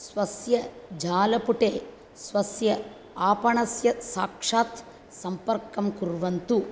स्वस्य जालपुटे स्वस्य आपणस्य साक्षात् सम्पर्कं कुर्वन्तु